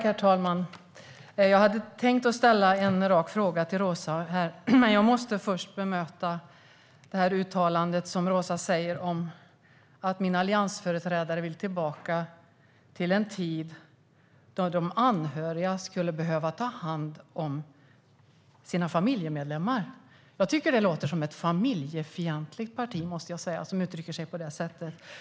Herr talman! Jag hade tänkt ställa en rak fråga till Roza här. Men först måste jag bemöta Rozas uttalande att mina alliansföreträdare vill tillbaka till en tid då de anhöriga skulle behöva ta hand om sina familjemedlemmar. Jag måste säga att jag tycker att det låter som ett familjefientligt parti som uttrycker sig på det sättet.